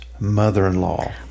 Mother-in-law